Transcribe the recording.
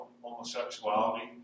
homosexuality